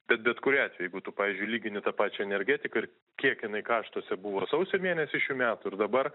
bet bet kuriuo atveju jeigu tu pavyzdžiui lygini tą pačią energetiką ir kiek jinai kaštuose buvo sausio mėnesį šių metų ir dabar